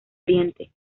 oriente